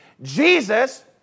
Jesus